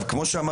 כמו שאמר